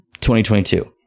2022